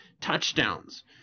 touchdowns